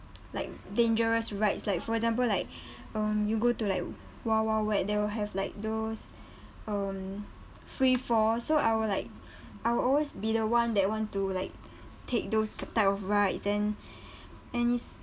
like dangerous rides like for example like um you go to like wild wild wet they will have like those um free fall so I will like I will always be the one that want to like take those type of rides and and it's